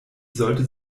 sollte